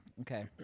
Okay